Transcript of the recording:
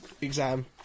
exam